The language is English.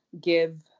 give